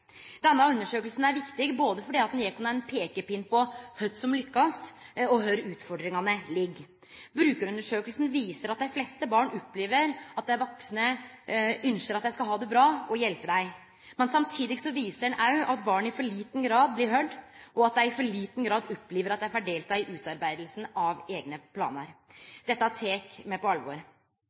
Denne undersøkinga er viktig fordi ho gjev oss ein peikepinn på både kva som lykkast, og kvar utfordringane ligg. Brukarundersøkinga viser at dei fleste barn opplever at dei vaksne ynskjer at dei skal ha det bra, og hjelper dei. Men samtidig viser ho òg at barn i for liten grad blir høyrde, og at dei i for liten grad opplever at dei får delta i utarbeidinga av eigne planar. Dette tek me på alvor.